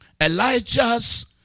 Elijah's